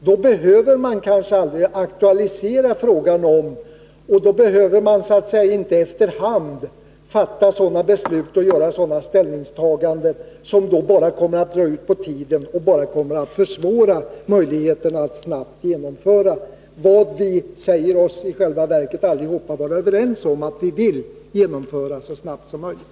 Då behöver man kanske aldrig efter hand fatta beslut och göra ställningstaganden som bara innebär att det hela drar ut på tiden och försvårar möjligheterna att snabbt genomföra vad vi i själva verket allihop säger oss vara överens om att vilja genomföra så snabbt som möjligt.